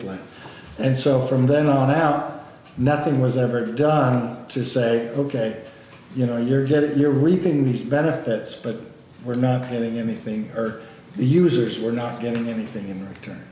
plant and so from then on out nothing was ever done to say ok you know you're dead you're receiving these benefits but we're not getting anything or the users we're not getting anything in return